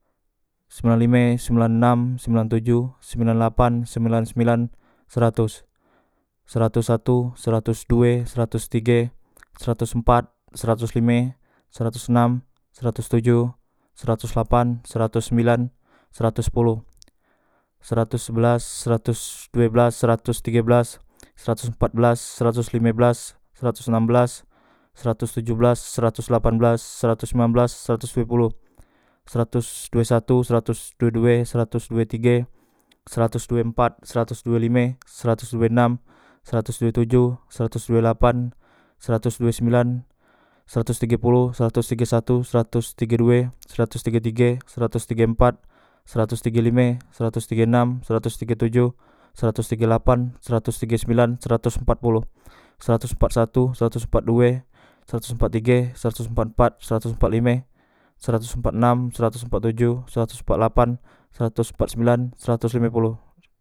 Sembilan lime sembilan nam sembilan tojo sembilan lapan sembilan sembilan seratos seratos satu seratos due seratos tige seratos pat seratos lime seratos nam seratos tojo seratos lapan seratos sembilan seratos sepolo seratos sebelas seratos due belas seratos tige belas seratos empat belas seratos lime belas seratos nam belas seratos tojo belas seratos delapan belas seratos sembilan belas seratos due olo seratos due satu seratos due due seratos due tige seratos due empat seretos due lime seratos due lime seratos due enam seratos due tojo seratos due lapan seratos due sembilan seratos tige olo seratos tige satu seratos tige due seratos tige tige seratos tige empat seratos tige lime seratos tige enam seratos tige tojo seratos tige lapan seratos tige sembilan seratos empat polo seratos pat satu seratos pat due seratos pat tige seratos pat empat seratos pat lime seratos pat enam seratos pat tojo seratos pat lapan seratos pat sembilan seratos lime pol